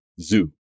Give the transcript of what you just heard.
zoo